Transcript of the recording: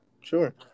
sure